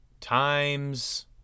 Times